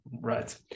Right